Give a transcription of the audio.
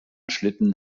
schlitten